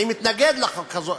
אני מתנגד לחוק הזה,